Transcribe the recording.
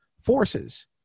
forces